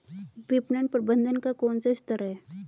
विपणन प्रबंधन का कौन सा स्तर है?